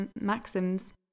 maxims